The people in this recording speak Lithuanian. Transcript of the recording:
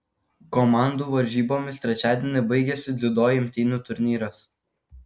komandų varžybomis trečiadienį baigiasi dziudo imtynių turnyras